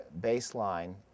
baseline